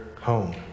home